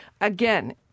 again